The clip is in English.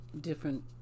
different